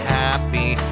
happy